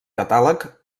catàleg